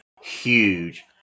huge